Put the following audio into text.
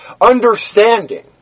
understanding